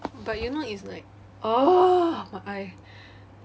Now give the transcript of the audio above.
but you know it's like ugh my eye